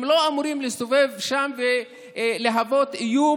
הם לא אמורים להסתובב שם ולהוות איום